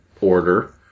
order